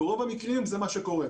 וברוב המקרים זה מה שקורה.